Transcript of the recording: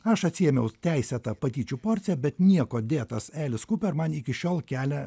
aš atsiėmiau teisėtą patyčių porciją bet nieko dėtas elis kuper man iki šiol kelia